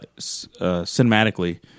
cinematically